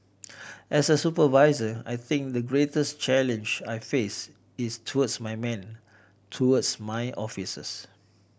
as a supervisor I think the greatest challenge I face is towards my men towards my officers